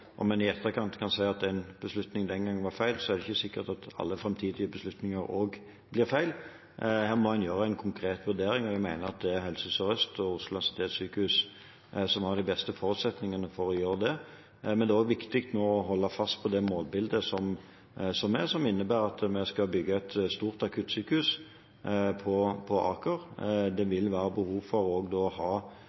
i etterkant kan si at en beslutning den gangen var feil, er det ikke sikkert at alle framtidige beslutninger også blir feil. Her må en gjøre en konkret vurdering, og jeg mener at det er Helse Sør-Øst og Oslo universitetssykehus som har de beste forutsetningene for å gjøre det. Men det er også viktig nå å holde fast ved det målbildet som er, som innebærer at vi skal bygge et stort akuttsykehus på Aker. Det vil da også være behov for å ha akuttsykehusfunksjoner knyttet til Gaustad, og